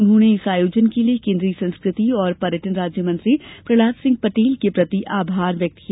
उन्होंने इस आयोजन के लिए केन्द्रीय संस्कृति और पर्यटन राज्यमंत्री प्रहलाद सिंह पटेल के प्रति आभार व्यक्त किया